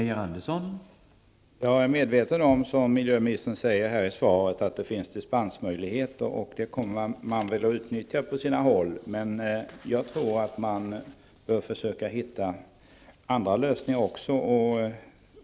Herr talman! Jag är medveten om -- vilket miljöministern säger i svaret -- att det finns dispensmöjligheter. Dem kommer man nog att utnyttja på sina håll. Men jag tror att man även bör försöka hitta andra lösningar.